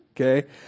Okay